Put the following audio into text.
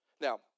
Now